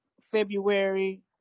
February